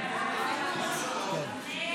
להעביר לוועדה את הצעת חוק הגנת הצרכן (תיקון,